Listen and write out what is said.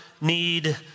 Need